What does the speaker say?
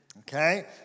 okay